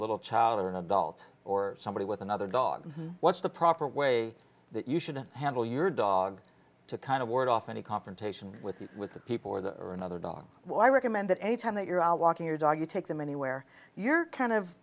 little child or an adult or somebody with another dog what's the proper way that you shouldn't handle your dog to kind of ward off any confrontation with you with the people or the or another dog well i recommend that a time that you're out walking your dog you take them anywhere you're kind of